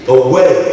away